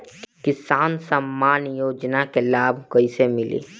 किसान सम्मान योजना के लाभ कैसे मिली?